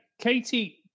Katie